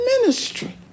ministry